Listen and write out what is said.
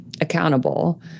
accountable